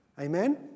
Amen